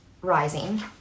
rising